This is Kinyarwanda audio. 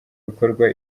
bikorwa